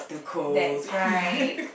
that's right